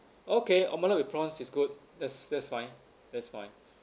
okay omelette with prawns is good that's that's fine that's fine